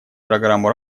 программу